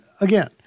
again